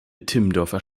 timmendorfer